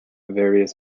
various